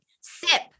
sip